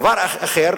דבר אחר,